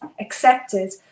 accepted